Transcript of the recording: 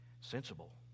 Sensible